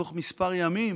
תוך מספר ימים,